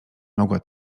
mogła